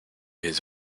his